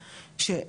אלה לא כספים סתם,